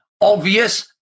obvious